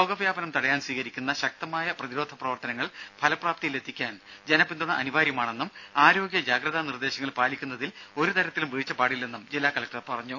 രോഗ വ്യാപനം തടയാൻ സ്വീകരിക്കുന്ന ശക്തമായ പ്രതിരോധ പ്രവർത്തനങ്ങൾ ഫലപ്രാപ്തിയിലെത്തിക്കാൻ ജനപിന്തുണ അനിവാര്യമാണെന്നും ആരോഗ്യ ജാഗ്രതാ നിർദേശങ്ങൾ പാലിക്കുന്നതിൽ ഒരു തരത്തിലും വീഴ്ച പാടില്ലെന്നും ജില്ലാ കലക്ടർ പറഞ്ഞു